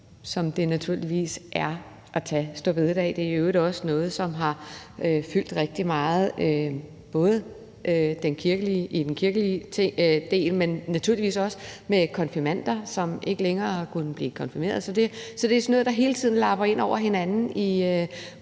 som det naturligvis er, ved at man tager store bededag. Det er i øvrigt også noget, som har fyldt rigtig meget, både i forhold til den kirkelige del, men naturligvis også i forhold til konfirmander, som ikke længere kunne blive konfirmeret. Så det er sådan noget, der hele tiden lapper ind over hinanden,